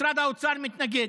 משרד האוצר מתנגד.